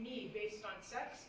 me based on sex